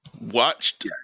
watched